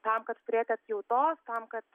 tam kad turėti atjautos tam kad